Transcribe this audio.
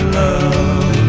love